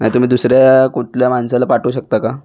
नाही तुम्ही दुसऱ्या कुठल्या माणसाला पाठवू शकता का